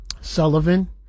Sullivan